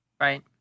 right